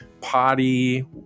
Potty